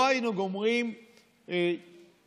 לא היינו גומרים חוק